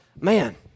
man